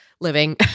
living